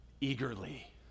eagerly